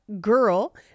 girl